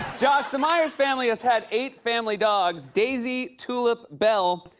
josh, the meyers family has had eight family dogs daisy, tulip, bell,